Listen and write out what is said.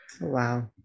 Wow